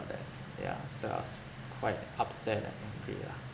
then yeah so I was quite upset and angry ah